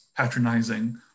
patronizing